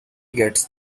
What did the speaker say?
gets